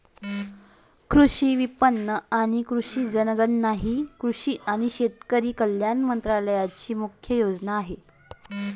कृषी विपणन आणि कृषी जनगणना ही कृषी आणि शेतकरी कल्याण मंत्रालयाची मुख्य योजना आहे